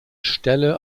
stelle